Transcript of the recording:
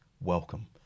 welcome